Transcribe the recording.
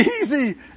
easy